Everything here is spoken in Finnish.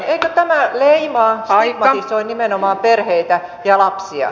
eikö tämä leimaa stigmatisoi nimenomaan perheitä ja lapsia